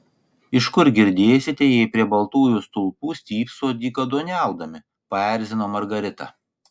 iš kur girdėsite jei prie baltųjų stulpų stypsot dykaduoniaudami paerzino margarita